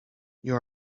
you